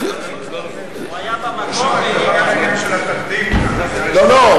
של חבר הכנסת יצחק וקנין,